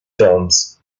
films